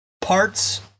parts